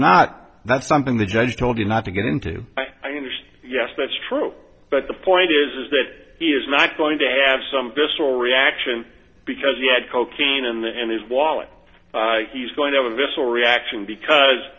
not that's something the judge told you not to get into i mean just yes that's true but the point is that he is not going to have some visceral reaction because he had cocaine in the end his wallet he's going to have a visceral reaction because